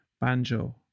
banjo